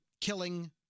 killing